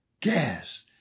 gas